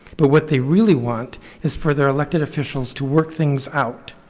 but what they really want is for their elected officials to work things out,